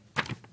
25',